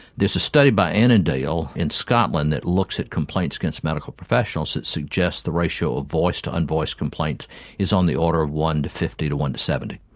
there's a study by annandale in scotland that looks at complaints against medical professionals that suggests the ratio of voiced to unvoiced complaints is on the order of one to fifty to one to seventy.